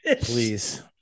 Please